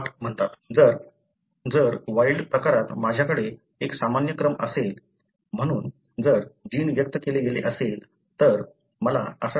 जर वाइल्ड प्रकारात माझ्याकडे एक सामान्य क्रम असेल म्हणून जीन व्यक्त केले गेले असेल तर मला असा सिग्नल मिळेल